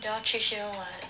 that [one] cheat sheet [one] [what]